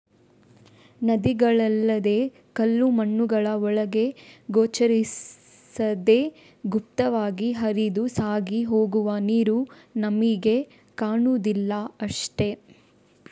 ನದಿಗಳಲ್ಲದೇ ಕಲ್ಲು ಮಣ್ಣುಗಳ ಒಳಗೆ ಗೋಚರಿಸದೇ ಗುಪ್ತವಾಗಿ ಹರಿದು ಸಾಗಿ ಹೋಗುವ ನೀರು ನಮಿಗೆ ಕಾಣುದಿಲ್ಲ ಅಷ್ಟೇ